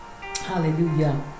Hallelujah